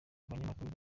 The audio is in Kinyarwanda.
abanyamakuru